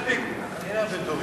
אחד נגד, אין נמנעים.